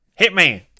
Hitman